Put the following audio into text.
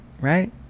Right